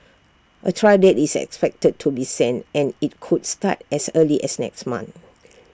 A trial date is expected to be set and IT could start as early as next month